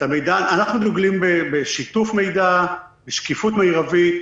אנחנו דוגלים בשיתוף מידע, בשקיפות מרבית.